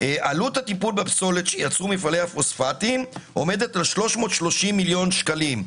עלות הטיפול בפסולת שיצרו מפעלי הפוספטים עומדת על 330 מיליון שקלים.